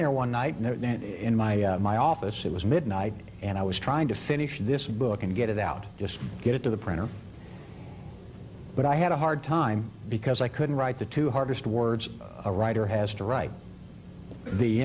there one night and in my my office it was midnight and i was trying to finish this book and get it out just get it to the printer but i had a hard time because i couldn't write the two harvest words a writer has to write the